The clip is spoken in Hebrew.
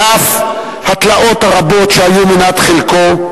על אף התלאות הרבות שהיו מנת חלקו,